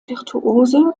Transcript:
virtuose